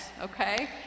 okay